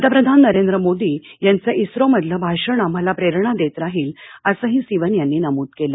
पंतप्रधान नरेंद्र मोदी यांचं इस्रोमधलं भाषण आम्हाला प्रेरणा देत राहील असंही सिवन यांनी नमूद केलं